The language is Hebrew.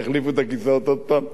יחליפו את הכיסאות עוד הפעם.